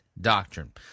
doctrine